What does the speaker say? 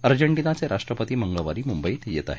अर्जेंटिनाचे राष्ट्रपती मंगळवारी मुंबईत येत आहेत